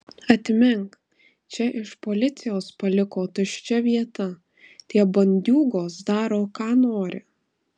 atmink čia iš policijos paliko tuščia vieta tie bandiūgos daro ką nori